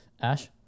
Ash